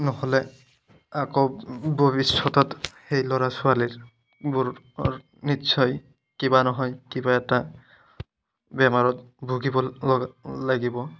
নহ'লে আকৌ ভৱিষ্যতত সেই ল'ৰা ছোৱালীৰবোৰৰ নিশ্চয় কিবা নহয় কিবা এটা বেমাৰত ভুগিব লগ লাগিব